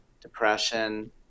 depression